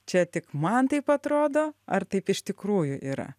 čia tik man taip atrodo ar taip iš tikrųjų yra